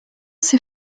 ses